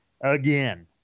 again